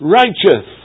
righteous